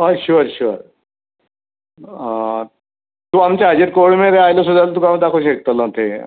हय sure sure तूं आमचे हाचेर कोळमेर आयलो सुद्दां जाल्यार तुका हांव दाखोवंक शकतलों तें